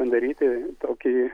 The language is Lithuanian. padaryti tokį